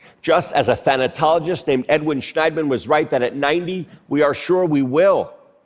just as a thanatologist named edwin shneidman was right that at ninety, we are sure we will.